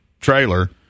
trailer –